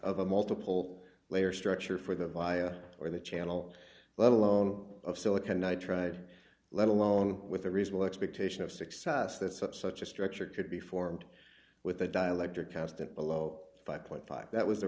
of a multiple layer structure for the via or the channel let alone of silicon nitride let alone with a reasonable expectation of success that such such a structure could be formed with the dielectric constant below five point five that was